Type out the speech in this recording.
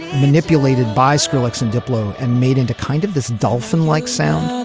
manipulated by skrillex and diplo and made into kind of this dolphin like sound